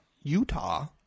Utah